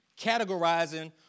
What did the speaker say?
categorizing